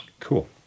Cool